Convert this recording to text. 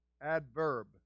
adverb